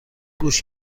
گوش